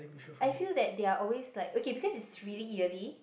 I feel that they are always like okay because it's really yearly